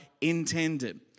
intended